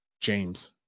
James